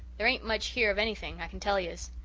there ain't much here of anything, i kin tell yez.